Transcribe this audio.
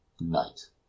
night